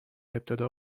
ابتدا